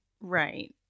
Right